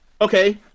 Okay